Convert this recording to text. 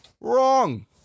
Wrong